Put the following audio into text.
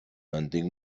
antic